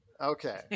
Okay